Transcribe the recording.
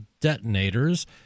detonators